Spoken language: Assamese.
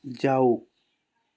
যাওক